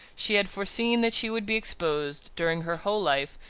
she had foreseen that she would be exposed, during her whole life,